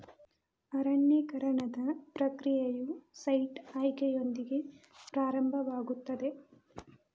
ಅರಣ್ಯೇಕರಣದ ಪ್ರಕ್ರಿಯೆಯು ಸೈಟ್ ಆಯ್ಕೆಯೊಂದಿಗೆ ಪ್ರಾರಂಭವಾಗುತ್ತದೆ